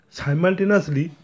simultaneously